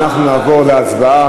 אנחנו נעבור להצבעה.